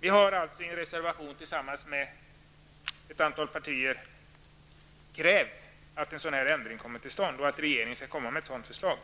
Vi har alltså i en reservation tillsammans med ett antal partier krävt att en sådan här ändring skall komma till stånd och att regeringen skall lägga fram ett förslag.